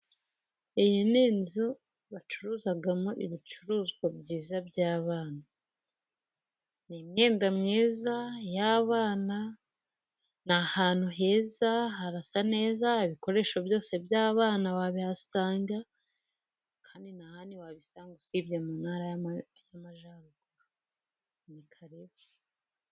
Iyi ni inzu bacurugazamo ibicuruzwa byiza by'abana, ni imyenda myiza y'abana, ni ahantu heza harasa neza, ibikoresho byose by'abana wabihasanga kandi nta handi wabisanga usibye mu ntara y'Amajyaruguru, ni karibu.